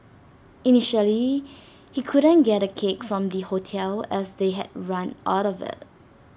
initially he couldn't get A cake from the hotel as they had run out of IT